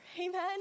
Amen